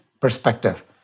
perspective